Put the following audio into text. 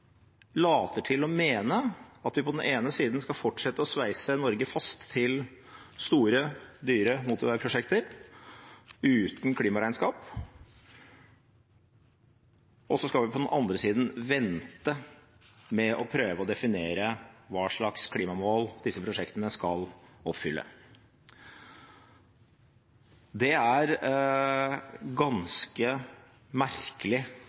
later til å mene at vi på den ene siden skal fortsette å sveise Norge fast til store, dyre motorveiprosjekter, uten klimaregnskap, og så skal vi på den andre siden vente med å prøve å definere hva slags klimamål disse prosjektene skal oppfylle. Det er ganske merkelig